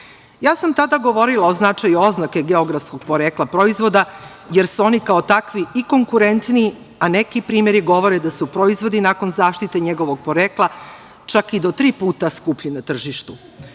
sam tada govorila o značaju oznake geografskog porekla proizvoda, jer su oni kao takvi i konkurentniji, a neki primeri govore da su proizvodi nakon zaštite njegovog porekla čak i do tri puta skuplji na